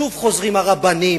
שוב חוזרים הרבנים,